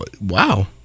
wow